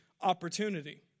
opportunity